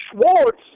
Schwartz